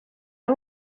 ari